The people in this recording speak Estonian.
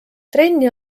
trenni